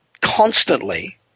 constantly